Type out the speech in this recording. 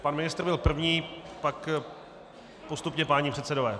Pan ministr byl první, pak postupně páni předsedové.